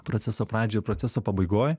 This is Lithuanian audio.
proceso pradžioj proceso pabaigoj